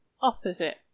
opposite